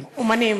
כן, אמנים.